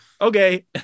okay